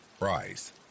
price